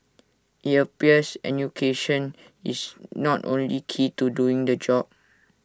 IT appears enunciation is not only key to doing the job